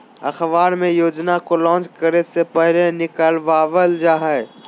अखबार मे योजना को लान्च करे से पहले निकलवावल जा हय